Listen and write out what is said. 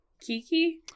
Kiki